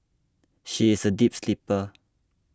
she is a deep sleeper